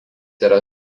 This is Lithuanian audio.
yra